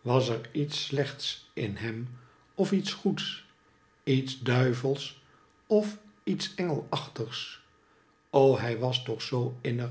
was er iets slechts in hem of iets goeds lets duivelsch of iets engelachtigs o hij was toch zoo innig